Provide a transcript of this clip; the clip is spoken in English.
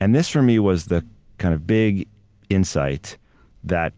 and this for me was the kind of big insight that